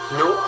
no